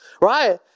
Right